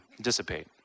dissipate